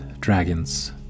dragons